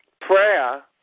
prayer